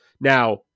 Now